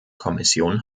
kommission